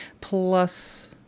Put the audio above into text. plus